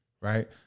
right